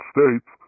States